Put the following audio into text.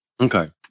Okay